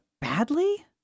badly